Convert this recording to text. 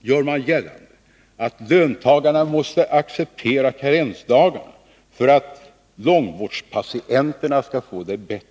gör man gällande att löntagarna måste acceptera karensdagarna för att långvårdspatienterna skall få det bättre.